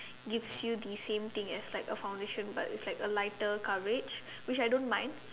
gives you the same thing as like a foundation but it's like a lighter coverage which I don't mind